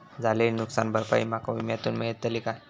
झालेली नुकसान भरपाई माका विम्यातून मेळतली काय?